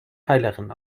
heilerin